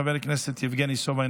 חבר הכנסת יבגני סובה,